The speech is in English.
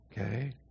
Okay